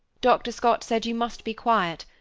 dr. scott said you must be quiet.